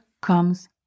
comes